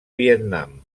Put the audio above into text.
vietnam